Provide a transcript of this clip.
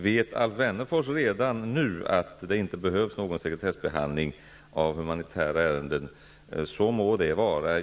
Om Alf Wennerfors redan nu vet att det inte behövs någon sekretessbehandling av humanitära ärenden, må det vara.